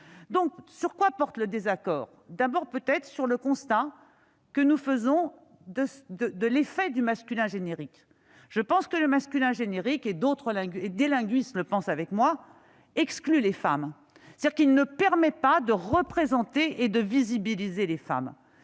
soit. Sur quoi porte le désaccord ? D'abord, peut-être, sur notre constat de l'effet du masculin générique. Je pense que le masculin générique, et des linguistes le pensent avec moi, excluent les femmes. Il ne permet pas de représenter et de visibiliser les femmes.